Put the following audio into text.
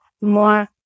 more